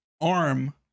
arm